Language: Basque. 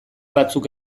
batzuk